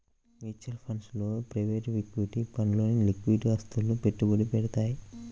mutual funds లో private equity ఫండ్లు liquid ఆస్తులలో పెట్టుబడి పెడతయ్యి